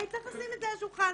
צריך לשים את זה על השולחן.